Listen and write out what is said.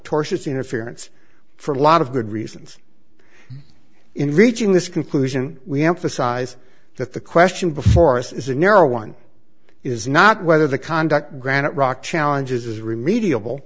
tortious interference for a lot of good reasons in reaching this conclusion we emphasize that the question before us is a narrow one is not whether the conduct granite rock challenges is remedia